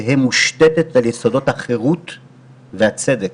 תהיה מושתתת על יסודות החירות והצדק.